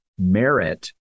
merit